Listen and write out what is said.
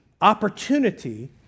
opportunity